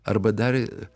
arba dar